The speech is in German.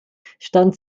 stand